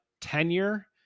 tenure